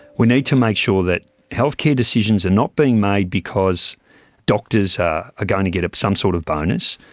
we need to make sure that healthcare decisions are not being made because doctors are ah going to get some sort of bonus,